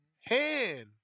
hand